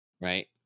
Right